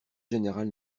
général